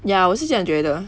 ya 我也是这样觉得